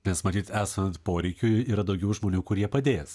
nes matyt esant poreikiui yra daugiau žmonių kurie padės